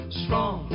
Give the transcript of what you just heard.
strong